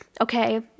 okay